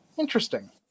interesting